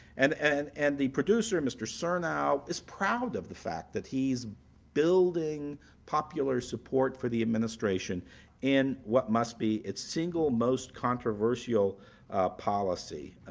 and and and the producer mr. surnow is proud of the fact that he's building popular support for the administration and what must be its single most controversial policy.